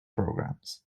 programs